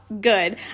good